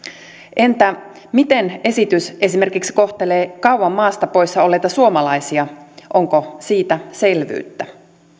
entä miten esitys esimerkiksi kohtelee kauan maasta poissa olleita suomalaisia onko siitä selvyyttä